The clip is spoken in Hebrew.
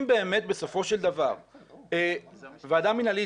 אם באמת בסופו של דבר ועדה מנהלית,